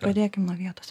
pradėkim nuo vietos